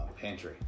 pantry